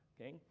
okay